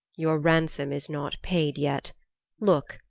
your ransom is not paid yet look,